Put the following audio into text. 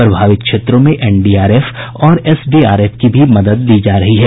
प्रभावित क्षेत्रों में एनडीआरएफ और एसडीआरएफ की भी मदद ली जा रही है